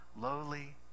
lowly